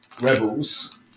rebels